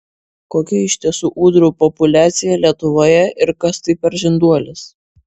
kokia iš tiesų ūdrų populiacija lietuvoje ir kas tai per žinduolis